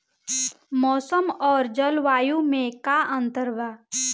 मौसम और जलवायु में का अंतर बा?